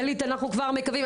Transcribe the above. דלית אנחנו כבר מקווים,